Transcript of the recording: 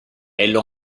elle